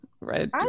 right